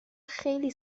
خیلی